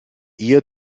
eher